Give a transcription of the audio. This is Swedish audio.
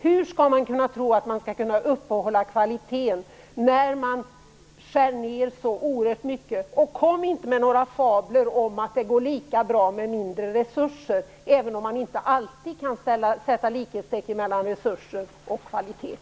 Hur kan man tro att man skall kunna upprätthålla kvaliteten när man skär ned så oerhört mycket? Kom inte med några fabler om att det går lika bra med mindre resurser, även om man inte alltid kan sätta likhetstecken mellan resurser och kvalitet!